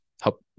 help